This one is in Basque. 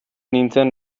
nintzen